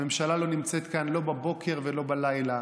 הממשלה לא נמצאת כאן לא בבוקר ולא בלילה,